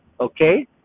Okay